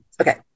Okay